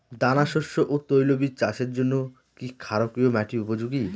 দানাশস্য ও তৈলবীজ চাষের জন্য কি ক্ষারকীয় মাটি উপযোগী?